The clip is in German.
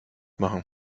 machen